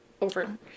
over